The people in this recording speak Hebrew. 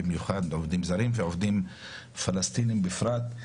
במיוחד עובדים זרים ועובדים פלסטינים בפרט,